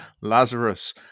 Lazarus